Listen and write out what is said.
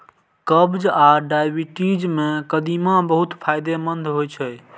कब्ज आ डायबिटीज मे कदीमा बहुत फायदेमंद होइ छै